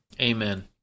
Amen